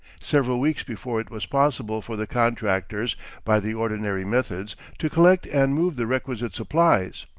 several weeks before it was possible for the contractors by the ordinary methods to collect and move the requisite supplies.